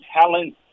talent